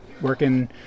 working